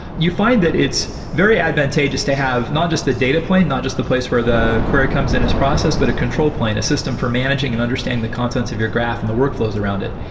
you find that it's very advantageous to have not just the data plane, not just the place where the query comes in as process, but a control plane, a system for managing and understanding the contents of your graph and the workflows around it.